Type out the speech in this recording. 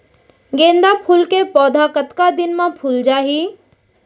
गेंदा फूल के पौधा कतका दिन मा फुल जाही?